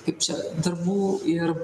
kaip čia darbų ir